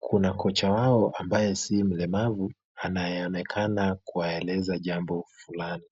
Kuna kocha wao ambaye si mlemavu anayeonekana kuwaeleza jambo fulani.